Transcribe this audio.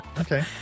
Okay